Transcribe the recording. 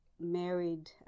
married